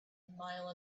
mile